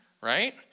right